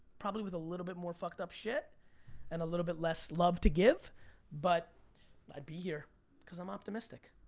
probably with a little bit more fucked up shit and a little bit less love to give but i'd be here cause i'm optimistic.